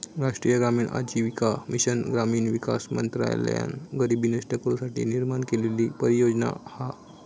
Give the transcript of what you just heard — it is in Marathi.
राष्ट्रीय ग्रामीण आजीविका मिशन ग्रामीण विकास मंत्रालयान गरीबी नष्ट करू साठी निर्माण केलेली परियोजना हा